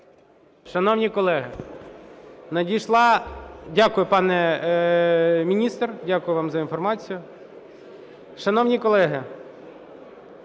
Шановні колеги, надійшла... Дякую, пане міністр. Дякую вам за інформацію. Шановні колеги,